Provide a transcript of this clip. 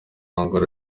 angola